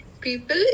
people